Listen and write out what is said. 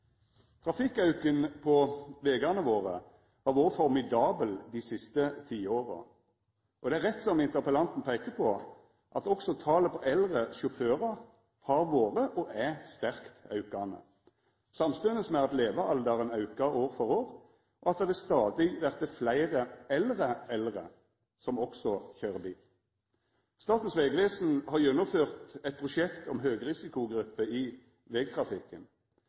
Trafikkauken på vegane våre har vore formidabel dei siste tiåra. Det er rett som interpellanten peikar på, at også talet på eldre sjåførar har vore – og er – sterkt aukande, samstundes med at levealderen aukar år for år, og at det stadig vert fleire eldre eldre som også køyrer bil. Statens vegvesen har gjennomført eit prosjekt om høgrisikogrupper i vegtrafikken,